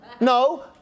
No